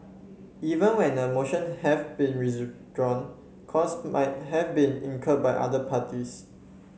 even when a motion have been withdrawn costs might have been incurred by other parties